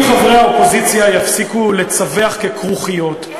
אם חברי האופוזיציה יפסיקו לצווח ככרוכיות,